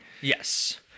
Yes